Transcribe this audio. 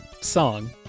song